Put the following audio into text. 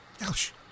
Ouch